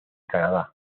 canadá